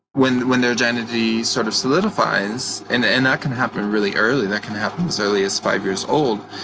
when when their identity sort of solidifies and and that can happen really early, that can happen as early as five years old